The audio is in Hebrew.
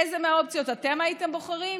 איזו מהאופציות אתם הייתם בוחרים?